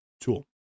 tool